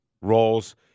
roles